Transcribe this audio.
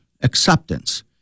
acceptance